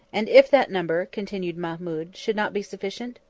and if that number, continued mahmud, should not be sufficient?